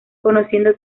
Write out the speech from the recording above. conociendo